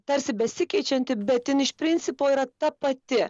tarsi besikeičianti ten iš principo yra ta pati